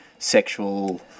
sexual